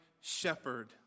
shepherd